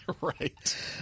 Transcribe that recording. Right